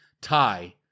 tie